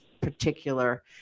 particular